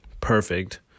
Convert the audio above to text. perfect